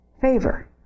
favor